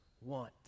want